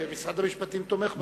משרד המשפטים תומך בחוק?